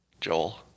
Joel